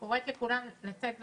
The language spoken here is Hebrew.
אני קוראת לכולם לצאת ולהתחסן.